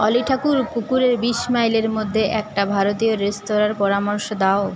অলি ঠাকুর পুকুরের বিশ মাইলের মধ্যে একটা ভারতীয় রেস্তরাঁর পরামর্শ দাও